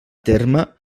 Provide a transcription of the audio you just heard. terme